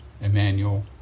Emmanuel